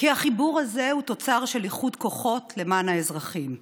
כי החיבור הזה הוא תוצר של איחוד כוחות למען האזרחים.